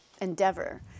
endeavor